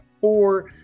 four